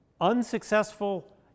Unsuccessful